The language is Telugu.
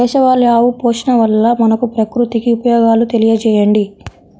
దేశవాళీ ఆవు పోషణ వల్ల మనకు, ప్రకృతికి ఉపయోగాలు తెలియచేయండి?